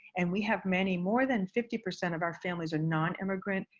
and we have many more than fifty percent of our families are non-immigrant